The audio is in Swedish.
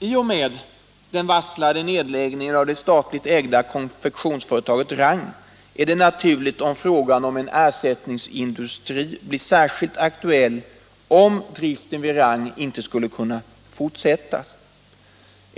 I och med den varslade nedläggningen av det statligt ägda konfektionsföretaget Rang är det naturligt att frågan om en ersättningsindustri blir särskilt aktuell, om driften vid Rang inte skulle kunna fortsätta.